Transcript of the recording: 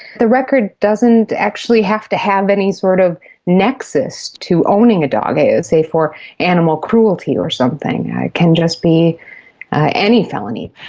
the record doesn't actually have to have any sort of nexus to owning a dog, ah say for animal cruelty or something, it can just be any felony.